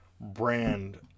brand